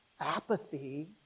apathy